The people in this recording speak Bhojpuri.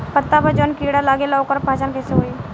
पत्ता पर जौन कीड़ा लागेला ओकर पहचान कैसे होई?